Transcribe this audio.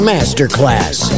Masterclass